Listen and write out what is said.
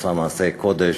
שעושה מעשי קודש,